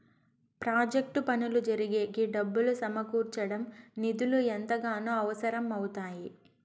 project పనులు జరిగేకి డబ్బులు సమకూర్చడం నిధులు ఎంతగానో అవసరం అవుతాయి